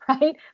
right